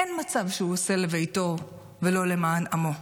אין מצב שהוא עושה לביתו ולא למען עמו.